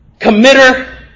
committer